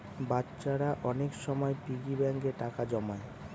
বাচ্চারা অনেক সময় পিগি ব্যাঙ্কে টাকা জমায়